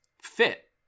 fit